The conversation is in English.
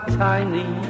tiny